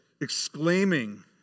exclaiming